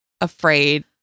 afraid